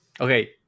Okay